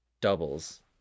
doubles